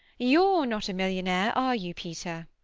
you're not a millionaire, are you, peter?